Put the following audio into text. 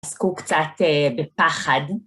עסקו קצת בפחד.